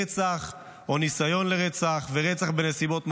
רצח או ניסיון לרצח ורצח בנסיבות מחמירות,